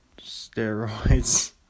steroids